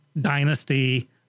dynasty